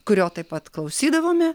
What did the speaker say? kurio taip pat klausydavome